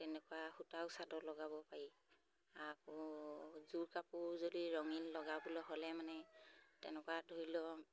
তেনেকুৱা সূতাও চাদৰ লগাব পাৰি আকৌ জোৰ কাপোৰ যদি ৰঙীন লগাবলৈ হ'লে মানে তেনেকুৱা ধৰি লওক